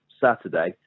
Saturday